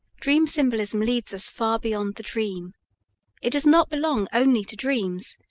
dream symbolism leads us far beyond the dream it does not belong only to dreams,